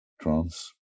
trance